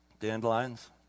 Dandelions